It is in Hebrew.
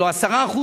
ולא 10%,